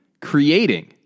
creating